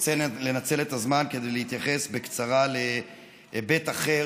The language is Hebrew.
רוצה לנצל את הזמן כדי להתייחס בקצרה להיבט אחר,